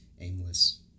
aimless